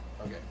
Okay